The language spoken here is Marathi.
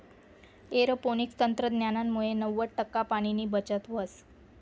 एरोपोनिक्स तंत्रज्ञानमुये नव्वद टक्का पाणीनी बचत व्हस